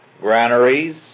granaries